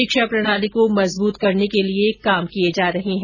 शिक्षा प्रणाली को मजबूत करने के लिए काम किये जा रहे है